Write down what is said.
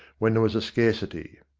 when there was a scarcity.